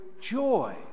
joy